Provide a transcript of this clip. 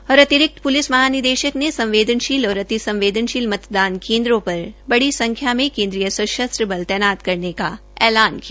अतिरिक्त पुलिस महानिदेशक ने संवेदनशील और अति संवेदनशील मतदान केन्द्रों पर बड़ी संख्या में केन्द्रीय सशस्त्र पुलिस बल तैनात करने का ऐलान किया